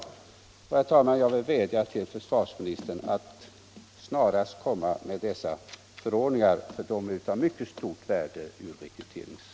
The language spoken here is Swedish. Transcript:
Herr talman! Jag vill vädja till försvarsministern att snarast komma med dessa förordningar, för de är av mycket stort värde ur rekryteringssynpunkt.